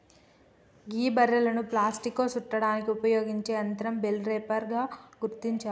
గీ బలేర్లను ప్లాస్టిక్లో సుట్టడానికి ఉపయోగించే యంత్రం బెల్ రేపర్ గా గుర్తించారు